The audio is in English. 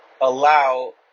allow